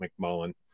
mcmullen